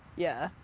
yeah.